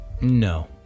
No